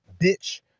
bitch